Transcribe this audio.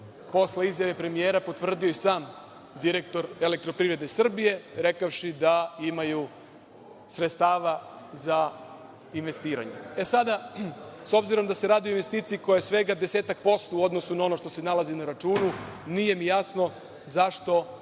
posle izjave premijera potvrdio i sam direktor „Elektroprivrede Srbije“, rekavši da imaju sredstava za investiranje.S obzirom da se radi o investiciji koja je svega desetak posto u odnosu na ono što se nalazi na računu, nije mi jasno zašto